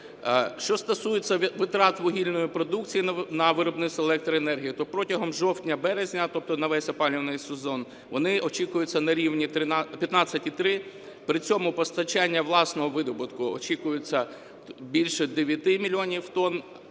Що стосується витрат вугільної продукції на виробництво електроенергії, то протягом жовтня-березня, тобто на весь опалювальний сезон, вони очікуються на рівні 15,3, при цьому постачання власного видобутку очікується більше 9 мільйонів